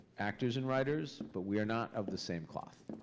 actors and writers, but we are not of the same cloth.